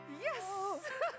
Yes